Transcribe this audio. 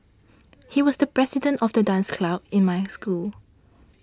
he was the president of the dance club in my school